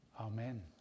Amen